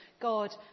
God